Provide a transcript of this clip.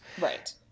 Right